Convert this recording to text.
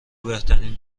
بهترین